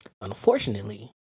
Unfortunately